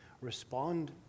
respond